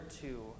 two